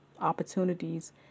opportunities